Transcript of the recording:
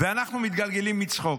ואנחנו מתגלגלים מצחוק.